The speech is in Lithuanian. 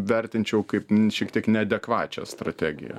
vertinčiau kaip šiek tiek neadekvačią strategiją